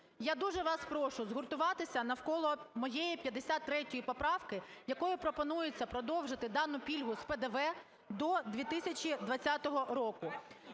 Я дуже вас прошу згуртуватися навколо моєї 53 поправки, якою пропонується продовжити дану пільгу з ПДВ, до 2020 року.